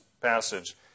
passage